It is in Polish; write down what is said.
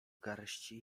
garści